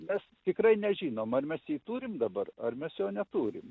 mes tikrai nežinom ar mes jį turim dabar ar mes jo neturim